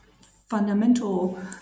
fundamental